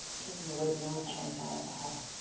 taking away the only chance i ever had,